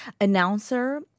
announcer